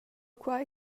quei